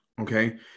Okay